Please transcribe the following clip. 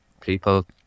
people